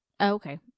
Okay